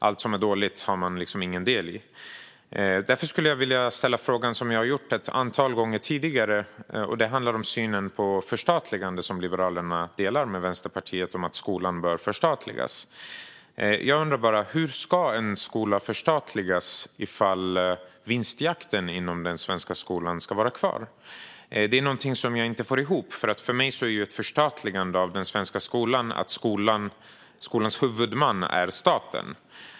Allt som är dåligt har de inget ansvar för. Jag vill ställa en fråga som jag har ställt ett antal gånger tidigare. Den handlar om synen på förstatligande. Liberalerna och Vänsterpartiet är överens om att skolan bör förstatligas. Jag undrar hur en skola ska förstatligas ifall vinstjakten inom den svenska skolan ska vara kvar. Det är något som jag inte får ihop. För mig innebär ett förstatligande av skolan att skolans huvudman är staten.